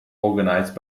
organized